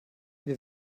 wir